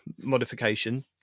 modification